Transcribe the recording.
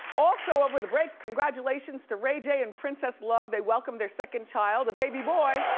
also, over the break, congratulations to ray j and princess love. they welcomed their second child, a baby boy.